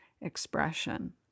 expression